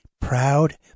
proud